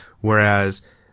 Whereas